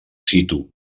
situ